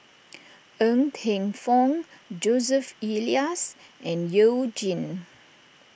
Ng Teng Fong Joseph Elias and You Jin